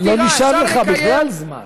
אפשר לקיים, לא, לא נשאר לך בכלל זמן.